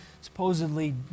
supposedly